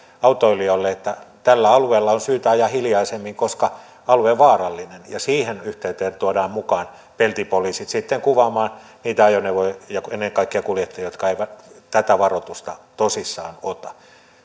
autoilijoille että tällä alueella on syytä ajaa hiljaisemmin koska alue on vaarallinen ja siihen yhteyteen tuodaan mukaan peltipoliisit sitten kuvaamaan niitä ajoneuvoja ja ennen kaikkea kuljettajia jotka eivät tätä varoitusta tosissaan ota